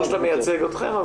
ברור שאתה מייצג אתכם,